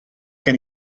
gen